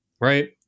Right